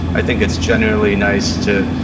i think it's genuinely nice to,